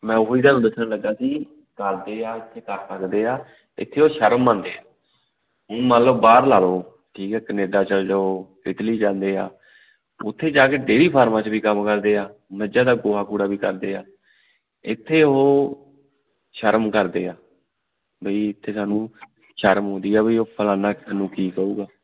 ਮੈਂ ਉਹ ਹੀ ਤੁਹਾਨੂੰ ਦੱਸਣ ਲੱਗਾ ਸੀ ਕਰਦੇ ਆ ਇੱਥੇ ਕਰ ਸਕਦੇ ਆ ਇੱਥੇ ਉਹ ਸ਼ਰਮ ਮੰਨਦੇ ਆ ਹੁਣ ਮੰਨ ਲਓ ਬਾਹਰ ਲਾ ਲਓ ਠੀਕ ਹੈ ਕਨੇਡਾ ਚੱਲ ਜਾਓ ਇਟਲੀ ਜਾਂਦੇ ਆ ਉੱਥੇ ਜਾ ਕੇ ਡੇਰੀ ਫਾਰਮਾਂ 'ਚ ਵੀ ਕੰਮ ਕਰਦੇ ਆ ਮੱਝਾਂ ਦਾ ਗੋਹਾ ਕੂੜਾ ਵੀ ਕਰਦੇ ਆ ਇੱਥੇ ਉਹ ਸ਼ਰਮ ਕਰਦੇ ਆ ਬਈ ਇੱਥੇ ਸਾਨੂੰ ਸ਼ਰਮ ਆਉਂਦੀ ਆ ਬਈ ਉਹ ਫਲਾਨਾ ਸਾਨੂੰ ਕੀ ਕਹੇਗਾ